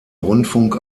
rundfunk